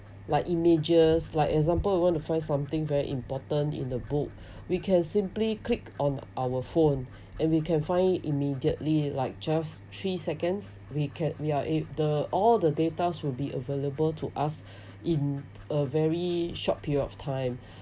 like images like example you want to find something very important in the book we can simply click on our phone and we can find it immediately like just three seconds we can we are able the all the data will be available to us in a very short period of time